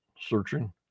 searching